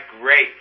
great